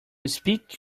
speak